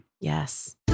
Yes